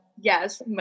Yes